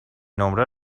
نمره